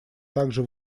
также